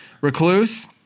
Recluse